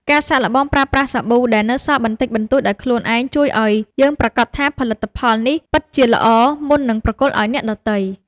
ការសាកល្បងប្រើប្រាស់សាប៊ូដែលនៅសល់បន្តិចបន្តួចដោយខ្លួនឯង ជួយឱ្យយើងប្រាកដថាផលិតផលនោះពិតជាល្អមុននឹងប្រគល់ឱ្យអ្នកដទៃ។